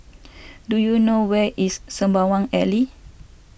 do you know where is Sembawang Alley